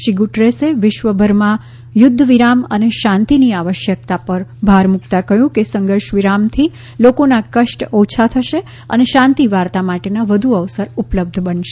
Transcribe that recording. શ્રી ગુટરેસે વિશ્વભરમાં યુધ્ધ વિરામ અને શાંતિની આવશ્યકતા પર ભાર મૂકતાં કહ્યું કે સંઘર્ષ વિરામથી લોકોના કષ્ટ ઓછા થશે અને શાંતિ વાર્તા માટેના વધુ અવસર ઉપલબ્ધ બનશે